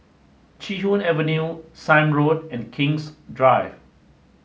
Chee Hoon Avenue Sime Road and King's Drive